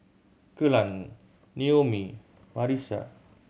Kelan Noemie Marisa